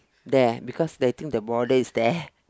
there because they think the border is there